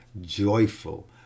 joyful